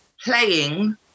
playing